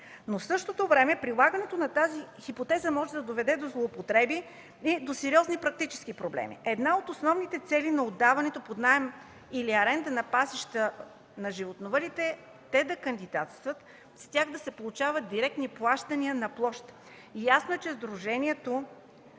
В същото време прилагането на тази хипотеза може да доведе до злоупотреби и до сериозни практически проблеми. Една от основните цели на отдаването под наем или аренда на пасища на животновъдите е те да кандидатстват, с тях да се получават директни плащания на площ. Ясно е, че сдружението